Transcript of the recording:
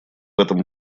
этом